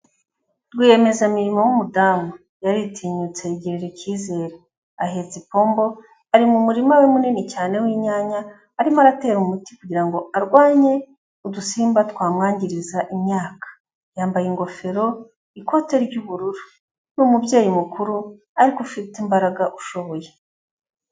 Rwiyemezamirimo w'umudamu, yaritinyutse yigirira icyizere, ahetse ipombo, ari mu murima we munini cyane w'inyanya arimo aratera umuti kugira ngo arwanye udusimba twamwangiriza imyaka, yambaye ingofero, ikote ry'ubururu, ni umubyeyi mukuru ariko ufite imbaraga, ushoboye.